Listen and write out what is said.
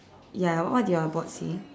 ya what what did your board say